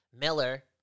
Miller